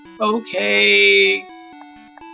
Okay